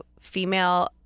female